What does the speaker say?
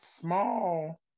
small